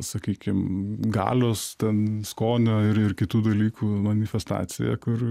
sakykim galios ten skonio ir ir kitų dalykų manifestacija kur